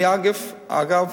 אני, אגב,